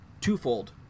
twofold